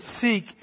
seek